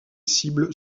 cible